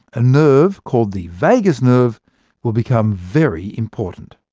a nerve called the vagus nerve will become very important.